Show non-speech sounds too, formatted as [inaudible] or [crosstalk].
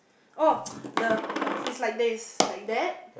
oh [noise] the err it's like daze like that